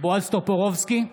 בועז טופורובסקי,